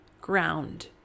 ground